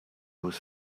was